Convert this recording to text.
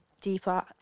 deeper